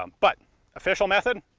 um but official method,